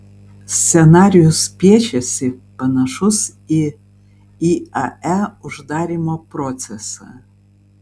scenarijus piešiasi panašus į iae uždarymo procesą